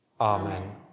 Amen